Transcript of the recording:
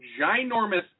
ginormous